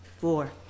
four